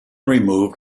removed